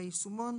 ביישומון,